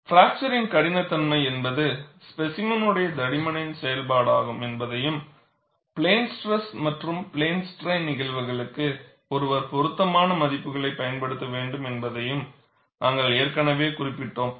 fracture கடினத்தன்மை என்பது ஸ்பேசிமெனுடைய தடிமனின் செயல்பாடாகும் என்பதையும் பிளேன் ஸ்ட்ரெஸ் மற்றும் பிளேன் ஸ்ட்ரைன் நிகழ்வுகளுக்கு ஒருவர் பொருத்தமான மதிப்புகளைப் பயன்படுத்த வேண்டும் என்பதையும் நாங்கள் ஏற்கனவே குறிப்பிட்டோம்